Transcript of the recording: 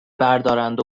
بردارند